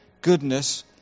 goodness